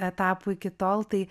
etapų iki tol tai